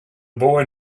boy